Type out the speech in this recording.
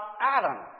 Adam